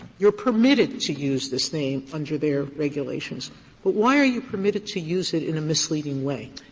you're permitted to use this name under their regulations. but why are you permitted to use it in a misleading way?